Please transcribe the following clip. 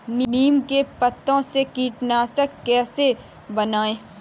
नीम के पत्तों से कीटनाशक कैसे बनाएँ?